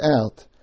out